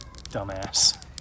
dumbass